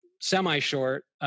semi-short